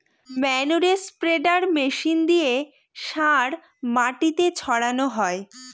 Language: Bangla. ম্যানুরে স্প্রেডার মেশিন দিয়ে সার মাটিতে ছড়ানো হয়